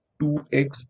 2x